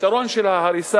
הפתרון של ההריסה,